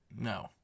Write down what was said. No